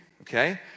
okay